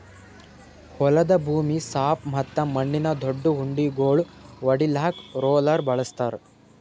ಹೊಲದ ಭೂಮಿ ಸಾಪ್ ಮತ್ತ ಮಣ್ಣಿನ ದೊಡ್ಡು ಉಂಡಿಗೋಳು ಒಡಿಲಾಕ್ ರೋಲರ್ ಬಳಸ್ತಾರ್